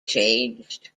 changed